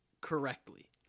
correctly